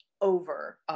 over